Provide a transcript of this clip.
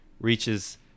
reaches